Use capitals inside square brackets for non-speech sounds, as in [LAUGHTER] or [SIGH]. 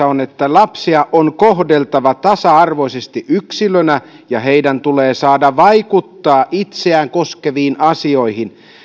[UNINTELLIGIBLE] on että lapsia on kohdeltava tasa arvoisesti yksilöinä ja heidän tulee saada vaikuttaa itseään koskeviin asioihin